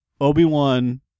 Obi-Wan